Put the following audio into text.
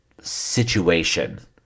situation